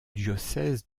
diocèse